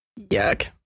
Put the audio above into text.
Yuck